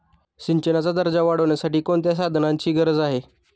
सिंचनाचा दर्जा वाढविण्यासाठी कोणत्या संसाधनांची गरज आहे?